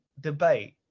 debate